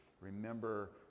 Remember